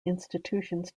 institutions